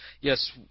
Yes